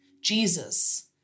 Jesus